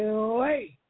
wait